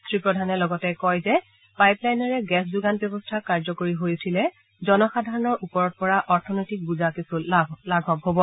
শ্ৰী প্ৰধানে লগতে কয় যে পাইপলাইনেৰে গেছ যোগান ব্যৱস্থা কাৰ্যকৰী হৈ উঠিলে জনসাধাৰণৰ ওপৰত পৰা অৰ্থনৈতিক বোজা কিছু লাঘৱ হ'ব